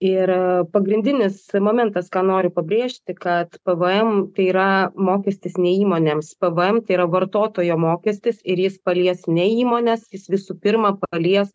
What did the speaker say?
ir pagrindinis momentas ką noriu pabrėžti kad pvm tai yra mokestis ne įmonėms pvm tai yra vartotojo mokestis ir jis palies ne įmones jis visų pirma palies